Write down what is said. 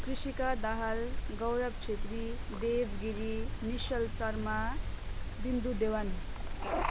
कृषिका दाहाल गौरव छेत्री देव गिरी निश्चल शर्मा बिन्दु देवान